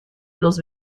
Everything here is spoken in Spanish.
los